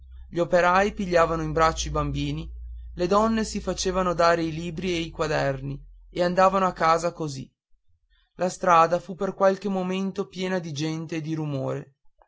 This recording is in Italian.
gli operai pigliavano in braccio i bambini le donne si facevan dare i libri e i quaderni e andavano a casa così la strada fu per qualche momento piena di gente e di rumore